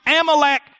Amalek